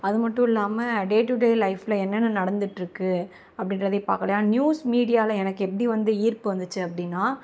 அது மட்டும் இல்லாமல் டே டுடே லைஃப்ல என்னென்ன நடந்துகிட்ருக்கு அப்படின்றதையும் பார்க்கலாம் நியூஸ் மீடியாவில எனக்கு எப்படி வந்து ஈர்ப்பு வந்துச்சு அப்படின்னா